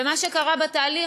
ומה שקרה בתהליך,